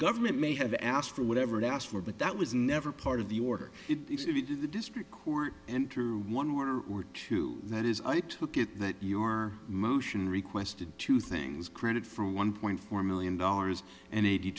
government may have asked for whatever they asked for but that was never part of the order to the district court and through one were two that is i took it that your motion requested two things credit for one point four million dollars and